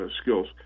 skills